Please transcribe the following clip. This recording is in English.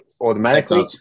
automatically